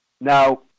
Now